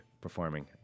performing